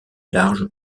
large